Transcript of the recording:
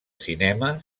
cinema